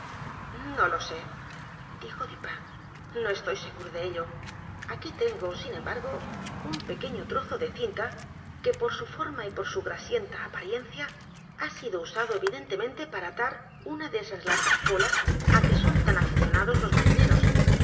no lo sé dijodupin no estoy seguro de ello aquí tengo sin embargo un pequeño trozo de cinta que por su forma y por su grasienta apariencia ha sido usado evidentemente para atar una de esas largas colas á que son tan aficionados los marineros